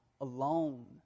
alone